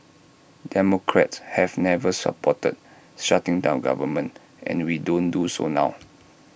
democrats have never supported shutting down government and we don't do so now